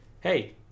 hey